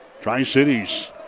Tri-Cities